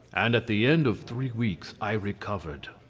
and at the end of three weeks i recovered.